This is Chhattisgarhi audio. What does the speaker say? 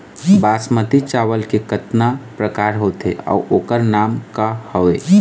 बासमती चावल के कतना प्रकार होथे अउ ओकर नाम क हवे?